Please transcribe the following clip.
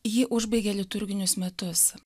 ji užbaigia liturginius metus